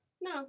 No